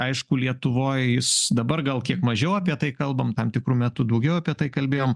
aišku lietuvoj jis dabar gal kiek mažiau apie tai kalbam tam tikru metu daugiau apie tai kalbėjom